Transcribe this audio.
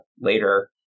later